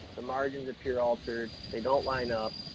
the margins appear altered, they don't line up.